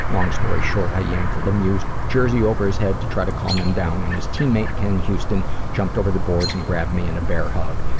long story short i yanked lemieux's jersey over his head to try to calm him down and his teammate ken houston jumped over the boards and grabbed me in a bear hug.